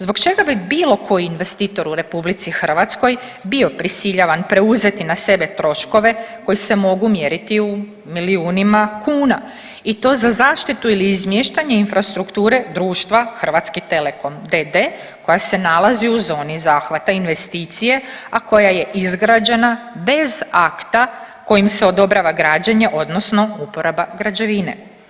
Zbog čega bi bilo koji investitor u Republici Hrvatskoj bio prisiljavan preuzeti na sebe troškove koji se mogu mjeriti u milijunima kuna i to za zaštitu ili izmještanje infrastrukture društva Hrvatski telekom d.d. koja se nalazi u zoni zahvata investicije, a koja je izgrađena bez akta kojim se odobrava građenje, odnosno uporaba građevine.